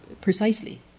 precisely